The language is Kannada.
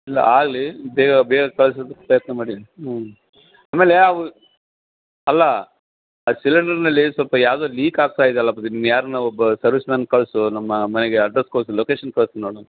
ಇಲ್ಲ ಆಗಲಿ ಬೇಗ ಬೇಗ ಕಳ್ಸೋದಕ್ಕೆ ಪ್ರಯತ್ನ ಮಾಡಿ ಹ್ಞೂ ಆಮೇಲೆ ಅವು ಅಲ್ಲ ಅದು ಸಿಲಿಂಡರಿನಲ್ಲಿ ಸ್ವಲ್ಪ ಯಾವುದೋ ಲೀಕ್ ಆಗ್ತಾ ಇದೆಯಲಪ್ಪ ನಿಮ್ಮ ಯಾರನ್ನೊ ಒಬ್ಬ ಸರ್ವಿಸ್ ಮ್ಯಾನ್ ಕಳಿಸು ನಮ್ಮ ಮನೆಗೆ ಅಡ್ರೆಸ್ ಲೊಕೇಶನ್ ಕಳ್ಸ್ತೀನಿ ನೋಡಿ ನಾನು